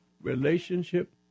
relationship